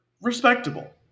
respectable